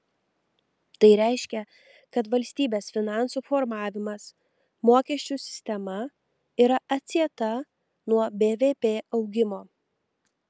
tai reiškia kad valstybės finansų formavimas mokesčių sistema yra atsieta nuo bvp augimo